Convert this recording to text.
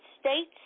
States